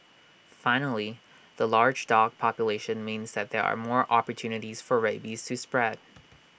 finally the large dog population means that there are more opportunities for rabies to spread